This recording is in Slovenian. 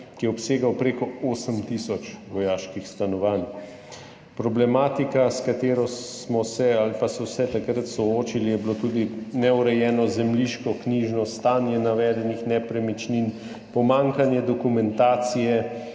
ki je obsegal prek osem tisoč vojaških stanovanj. Problemi, s katerimi smo se ali pa so se takrat soočili, so bili tudi neurejeno zemljiško knjižno stanje navedenih nepremičnin, pomanjkanje dokumentacije,